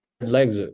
legs